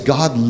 God